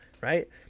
right